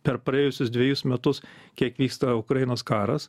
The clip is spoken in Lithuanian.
per praėjusius dvejus metus kiek vyksta ukrainos karas